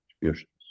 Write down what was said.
contributions